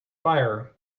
fire